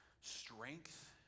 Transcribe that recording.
strength